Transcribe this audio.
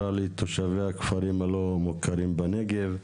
הבחירה לתושבי הכפרים הלא מוכרים בנגב,